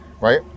right